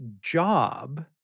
job